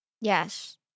Yes